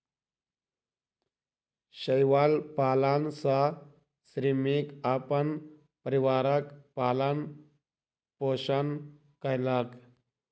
शैवाल पालन सॅ श्रमिक अपन परिवारक पालन पोषण कयलक